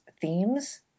themes